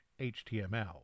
HTML